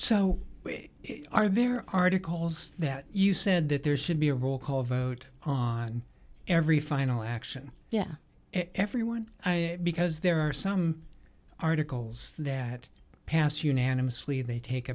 so are there articles that you said that there should be a roll call vote on every final action yeah everyone because there are some articles that passed unanimously t